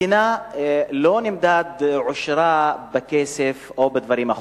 מדינה לא נמדד עושרה בכסף או בדברים החומריים,